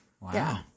wow